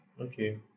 Okay